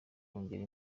kongera